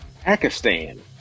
pakistan